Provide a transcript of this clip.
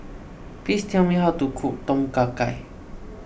please tell me how to cook Tom Kha Gai